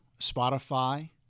spotify